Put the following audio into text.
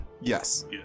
Yes